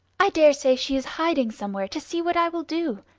i daresay she is hiding somewhere to see what i will do.